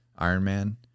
Ironman